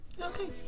Okay